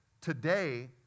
today